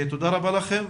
תודה רבה לכם,